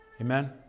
Amen